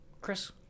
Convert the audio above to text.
chris